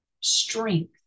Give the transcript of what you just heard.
strength